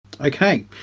Okay